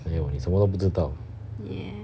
!aiyo! 你什么都不知道